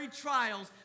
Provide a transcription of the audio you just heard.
trials